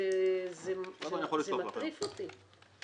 זה מטריף אותי.